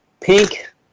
pink